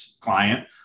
client